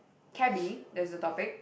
cabby there's a topic